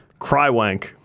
Crywank